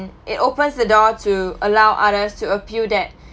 it opens the door to allow others to appeal that